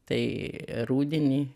tai rudenį